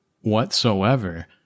whatsoever